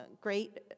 great